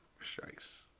strikes